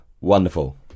Wonderful